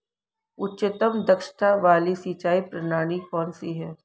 उच्चतम दक्षता वाली सिंचाई प्रणाली कौन सी है?